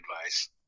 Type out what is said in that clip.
advice